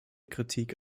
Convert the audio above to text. kritik